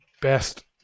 best